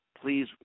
please